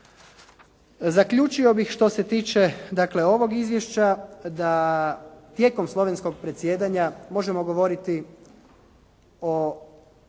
Zaključio bih što se tiče dakle ovog izvješća da tijekom slovenskog predsjedanja možemo govoriti o